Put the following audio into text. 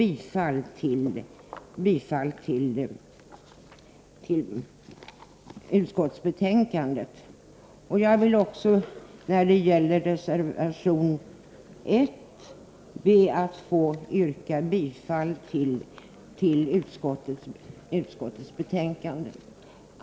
Jag vill också be att få yrka avslag på reservation 1. Jag yrkar alltså bifall till utskottets hemställan.